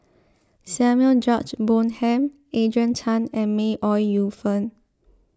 Samuel George Bonham Adrian Tan and May Ooi Yu Fen